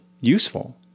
useful